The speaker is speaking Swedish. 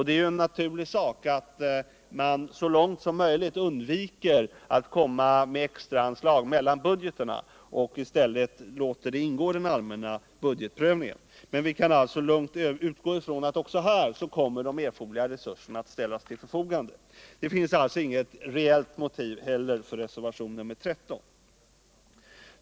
Det är ju naturligt att man så långt som möjligt undviker extraanslag mellan budgeterna och i stället låter sådana ärenden ingå i den allmänna budgetprövningen. Men vi kan också här lugnt utgå från att de erforderliga resurserna kommer att ställas till förfogande. Det finns alltså inte heller något reellt motiv till yrkandet i reservationen 13.